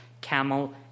camel